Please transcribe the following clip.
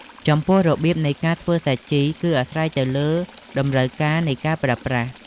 ចំពោះរបៀបនៃការធ្វើសាជី គឺអាស្រ័យទៅលើតម្រូវការនៃការប្រើប្រាស់។